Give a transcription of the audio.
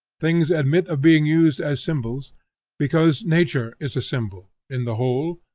things admit of being used as symbols because nature is a symbol, in the whole,